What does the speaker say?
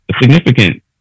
significant